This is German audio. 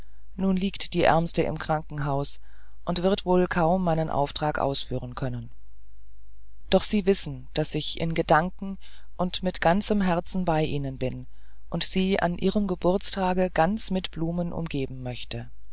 nun liegt die ärmste im krankenhaus und wird wohl kaum meinen auftrag ausführen können doch sie wissen daß ich in gedanken und mit ganzem herzen bei ihnen bin und sie an ihrem geburtstage ganz mit blumen umgeben möchte